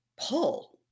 pull